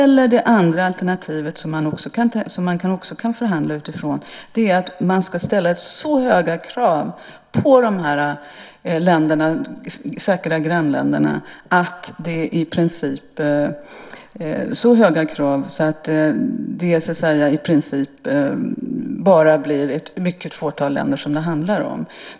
Den andra alternativa linjen som man också kan förhandla utifrån är att man ska ställa så höga krav på de säkra grannländerna att det i princip bara blir ett mycket fåtal länder det handlar om.